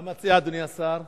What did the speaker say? מה מציע אדוני השר?